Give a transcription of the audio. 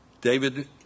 David